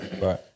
Right